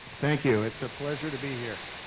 thank you it's a pleasure to be here.